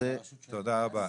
תודה רבה.